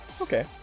Okay